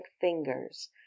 fingers